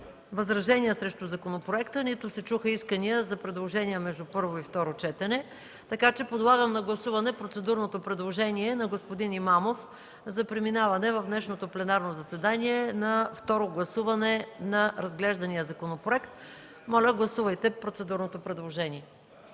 възражения срещу законопроекта, нито се чуха искания за предложения между първо и второ четене. Подлагам на гласуване процедурното предложение на господин Имамов за преминаване в днешното пленарно заседание на второ гласуване на разглеждания законопроект. Моля, гласувайте процедурното предложение.